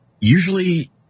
Usually